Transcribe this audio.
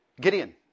Gideon